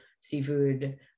seafood